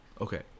Okay